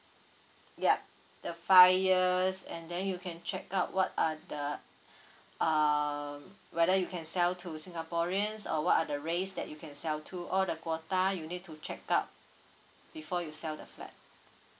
yup the buyers and then you can check out what uh the uh whether you can sell to singaporeans or what are the race that you can sell to all the quota you need to check out before you sell the flat